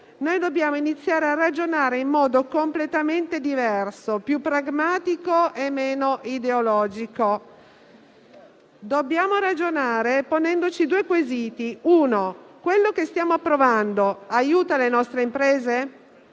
noi dobbiamo iniziare a ragionare in modo completamente diverso, più pragmatico e meno ideologico. Dobbiamo ragionare ponendoci due quesiti. Primo: quello che stiamo approvando aiuta le nostre imprese?